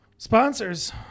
Sponsors